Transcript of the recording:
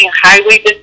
highway